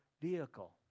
vehicle